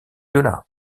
delà